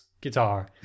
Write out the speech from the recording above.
guitar